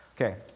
Okay